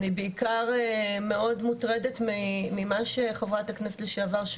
אני בעיקר מאוד מוטרדת ממה שחברת הכנסת לשעבר,